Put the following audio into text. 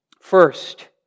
First